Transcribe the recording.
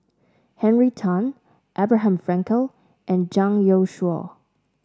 Henry Tan Abraham Frankel and Zhang Youshuo